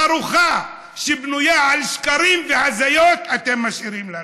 חרוכה, שבנויה על שקרים והזיות, אתם משאירים לנו.